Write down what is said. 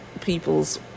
people's